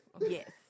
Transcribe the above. yes